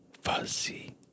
fuzzy